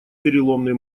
переломный